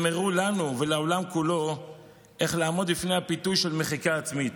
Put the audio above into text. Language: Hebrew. הם הראו לנו ולעולם כולו איך לעמוד בפני הפיתוי של מחיקה עצמית.